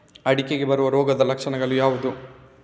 ಅಡಿಕೆಗೆ ಬರುವ ರೋಗದ ಲಕ್ಷಣ ಯಾವುದು?